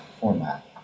format